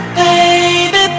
baby